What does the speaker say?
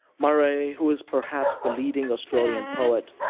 murray, who was perhaps the leading australian poet,